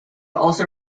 also